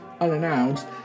unannounced